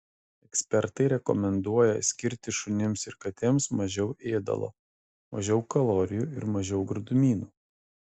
ekspertai rekomenduoja skirti šunims ir katėms mažiau ėdalo mažiau kalorijų ir mažiau gardumynų